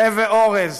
תה ואורז.